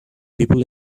people